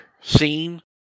scene